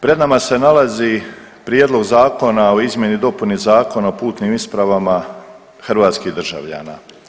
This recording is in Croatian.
Pred nama se nalazi Prijedlog zakona o izmjeni i dopuni Zakona o putnim ispravama hrvatskih državljana.